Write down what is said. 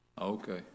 Okay